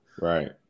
right